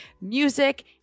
music